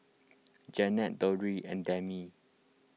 Janet Dondre and Demi